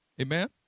Amen